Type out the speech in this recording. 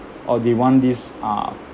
or they want this uh